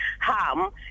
harm